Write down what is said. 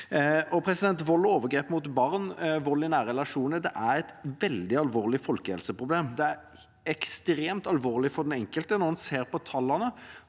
arbeid. Vold og overgrep mot barn, vold i nære relasjoner, er et veldig alvorlig folkehelseproblem. Det er ekstremt alvorlig for den enkelte. Når en ser på tallene